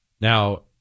Now